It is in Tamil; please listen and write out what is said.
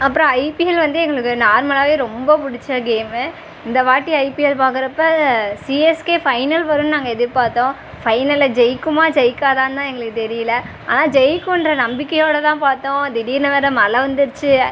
அப்புறம் ஐபிஎல் வந்து எங்களுக்கு நார்மலாகவே ரொம்ப பிடிச்ச கேமு இந்தவாட்டி ஐபிஎல் பார்க்கறப்ப சிஎஸ்கே ஃபைனல் வருன்னு நாங்கள் எதிர்பார்த்தோம் ஃபைனலில் ஜெயிக்குமா ஜெயிக்காதான்னு தான் எங்களுக்கு தெரியல ஆனால் ஜெயிக்குன்ற நம்பிக்கையோடு தான் பார்த்தோம் திடீர்னு வேறு மழை வந்துடுச்சி